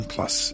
Plus